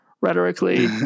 rhetorically